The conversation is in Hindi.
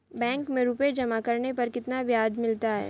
बैंक में रुपये जमा करने पर कितना ब्याज मिलता है?